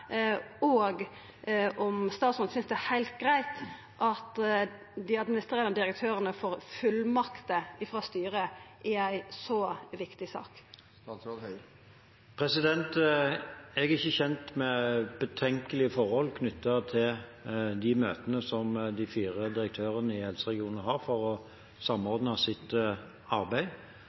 og om statsråden synest det er heilt greitt at dei administrerande direktørane får fullmakter frå styret i ei så viktig sak. Jeg er ikke kjent med betenkelige forhold knyttet til de møtene som de fire direktørene i helseregionene har for å samordne sitt arbeid.